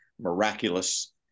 miraculous